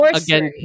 again